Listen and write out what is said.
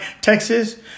Texas